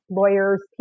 lawyers